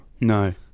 No